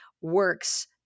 works